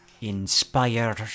inspire